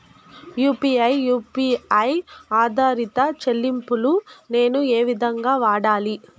UPI U P I ఆధారిత చెల్లింపులు నేను ఏ విధంగా వాడాలి?